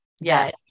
Yes